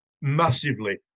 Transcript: massively